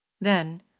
Then